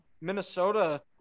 Minnesota